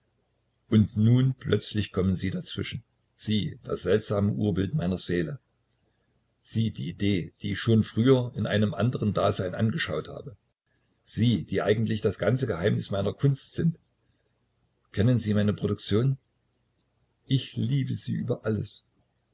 und nun plötzlich kommen sie dazwischen sie das seltsame urbild meiner seele sie die idee die ich schon früher in einem andern dasein angeschaut habe sie die sie eigentlich das ganze geheimnis meiner kunst sind kennen sie meine produktion ich liebe sie über alles